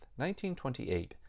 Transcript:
1928